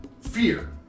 fear